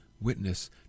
witness